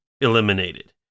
eliminated